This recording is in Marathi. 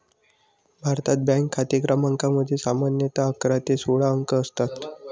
भारतात, बँक खाते क्रमांकामध्ये सामान्यतः अकरा ते सोळा अंक असतात